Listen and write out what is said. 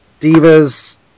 divas